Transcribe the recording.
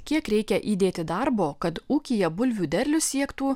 kiek reikia įdėti darbo kad ūkyje bulvių derlius siektų